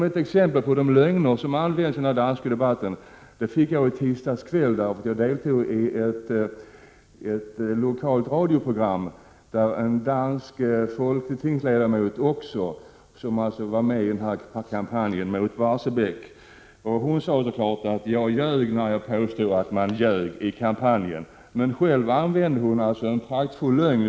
Ett exempel på de lögner som förekommit i den danska debatten fick jag i tisdags kväll, då jag deltog i ett program i lokalradion. En dansk folketingsledamot, som var med i kampanjen mot Barsebäck, sade klart att jag ljög när jag påstod att man ljög i kampanjen. Själv tog hon alltså till en praktfull lögn.